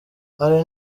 hari